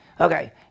Okay